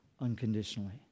unconditionally